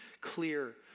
clear